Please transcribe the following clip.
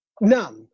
No